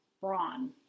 brawn